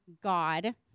God